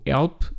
Help